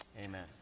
Amen